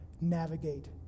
navigate